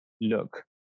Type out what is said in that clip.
look